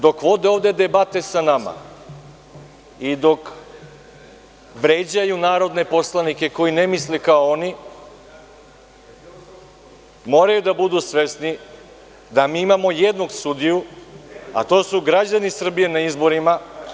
Dok vode ovde debate sa nama i dok vređaju narodne poslanike koji ne misle kao oni, moraju da budu svesni da mi imamo jednog sudiji, a to su građani Srbije na izborima.